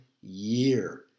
year